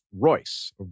Royce